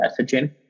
messaging